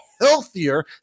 healthier